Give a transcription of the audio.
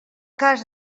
cas